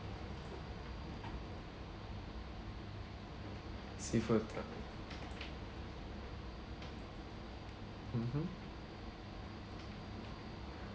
seafood ah mmhmm